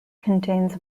contains